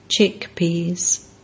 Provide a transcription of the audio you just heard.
Chickpeas